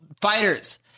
fighters